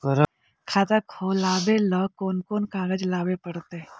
खाता खोलाबे ल कोन कोन कागज लाबे पड़तै?